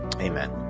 Amen